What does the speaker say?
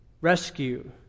rescue